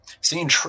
seeing